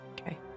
okay